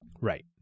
right